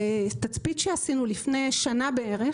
בתצפית שעשינו לפני שנה בערך,